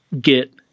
get